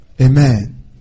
Amen